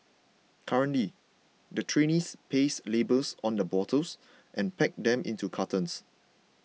currently the trainees paste labels on the bottles and pack them into cartons